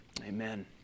Amen